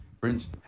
Prince